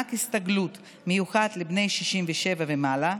(מענק הסתגלות מיוחד לבני 67 ומעלה),